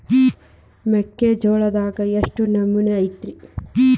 ಮೆಕ್ಕಿಜೋಳದಾಗ ಎಷ್ಟು ನಮೂನಿ ಐತ್ರೇ?